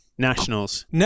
Nationals